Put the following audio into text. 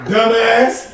Dumbass